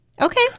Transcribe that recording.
Okay